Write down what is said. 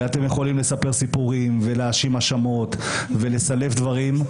אתם יכולים לספר סיפורים ולהאשים בהאשמות ולסלף דברים,